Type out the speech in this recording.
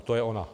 To je ona.